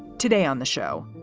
today on the show.